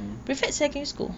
um